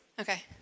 Okay